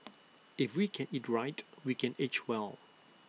if we can eat right we can age well